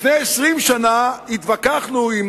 לפני 20 שנה התווכחנו עם